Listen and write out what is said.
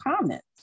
comments